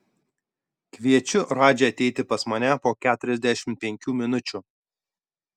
kviečiu radžį ateiti pas mane po keturiasdešimt penkių minučių